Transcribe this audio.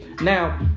Now